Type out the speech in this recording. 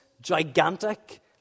gigantic